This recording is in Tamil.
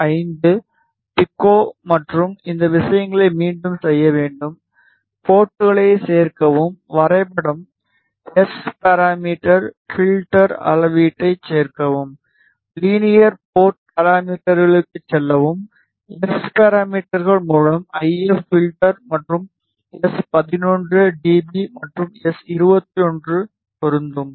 5 பிக்கோ மற்றும் இந்த விஷயங்களை மீண்டும் செய்ய வேண்டும் போர்ட்களை சேர்க்கவும் வரைபடம் எஸ் பாராமீட்டர் பில்டர் அளவீட்டைச் சேர்க்கவும் லீனியர் போர்ட் பாராமீட்டர்களுக்குச் செல்லவும் எஸ் பாராமீட்டர்கள் மூல ஐஎப் பில்டர் மற்றும் எஸ்11 டிபி மற்றும் எஸ்21 பொருந்தும்